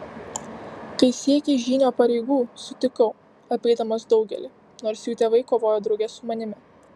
kai siekei žynio pareigų sutikau apeidamas daugelį nors jų tėvai kovojo drauge su manimi